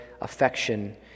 affection